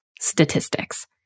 statistics